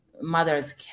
mothers